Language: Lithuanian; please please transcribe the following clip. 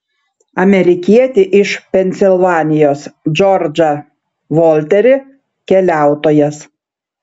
amerikietį iš pensilvanijos džordžą volterį keliautojas